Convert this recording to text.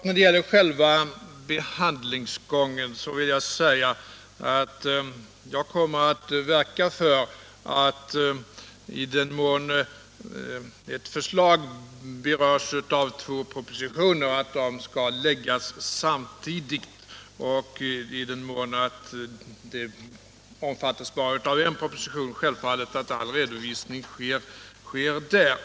När det gäller själva behandlingsgången kommer jag att verka för att i den mån ett förslag berörs av två propositioner dessa läggs samtidigt och att i den mån ett förslag omfattas av bara en proposition självfallet all redovisning sker där.